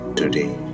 today